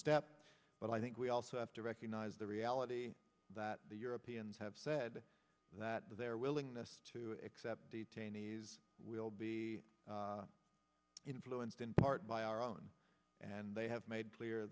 step but i think we also have to recognise the reality that the europeans have said that their willingness to accept detainees will be influenced in part by our own and they have made clear